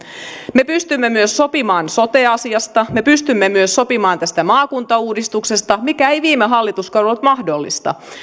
me pystymme myös sopimaan sote asiasta me pystymme myös sopimaan tästä maakuntauudistuksesta mikä ei viime hallituskaudella ollut mahdollista